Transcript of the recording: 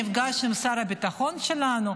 נפגש עם שר הביטחון שלנו.